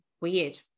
weird